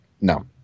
No